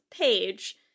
page